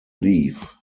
leaf